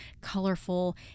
colorful